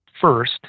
first